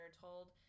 told